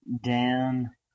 down